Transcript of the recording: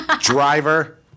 Driver